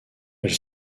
elle